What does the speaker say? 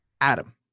Adam